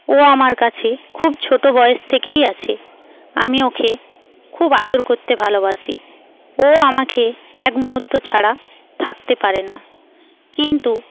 ও আমার কাছে খুব ছোটো বয়স থেকেই আছে আমি ওকে খুব আদর করতে ভালোবাসি ও আমাকে এক মুহূর্ত ছাড়া থাকতে পারে না কিন্তু